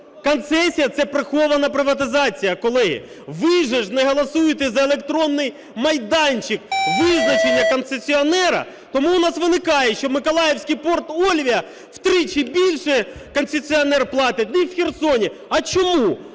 концесія – це прихована приватизація, колеги. Ви ж не голосуєте за електронний майданчик визначення концесіонера, тому у нас виникає, що Миколаївський порт "Ольвія" втричі більше, концесіонер, платить, ніж в Херсоні. А чому?